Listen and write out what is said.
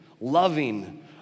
loving